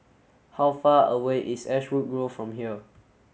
how far away is Ashwood Grove from here